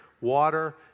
water